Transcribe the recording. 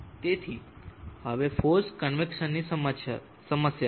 તેથી હવે ફોર્સ્ડ કન્વેક્સનની સમસ્યા છે